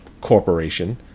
corporation